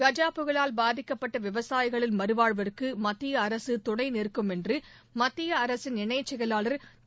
கஜா புயலால் பாதிக்கப்பட்ட விவசாயிகளின் மறுவாழ்வுக்கு மத்திய அரசு துணை நிற்கும் என்று மத்திய அரசின் இணைச் செயலாளர் திரு